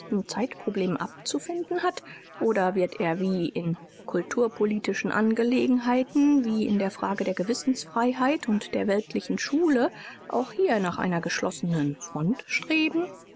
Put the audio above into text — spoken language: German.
zeitproblem abzufinden hat oder wird er wie in kulturpolit angelegenheiten wie in der frage der gewissensfreiheit u der weltlichen schule auch hier nach einer geschlossenen front streben